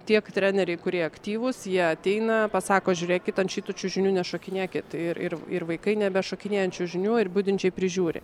tiek treneriai kurie aktyvūs jie ateina pasako žiūrėkit ant šitų čiužinių nešokinėkit ir ir ir vaikai nebešokinėja ant čiužinių ir budinčiai prižiūri